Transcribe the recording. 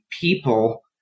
people